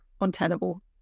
untenable